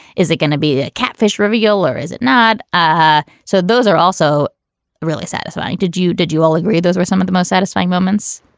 is it gonna be ah catfish reveal or is it not? ah so those are also really satisfying. did you did you all agree those were some of the most satisfying moments?